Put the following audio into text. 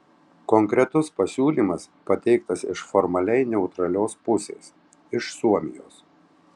konkretus pasiūlymas pateiktas iš formaliai neutralios pusės iš suomijos